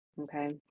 okay